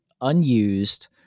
unused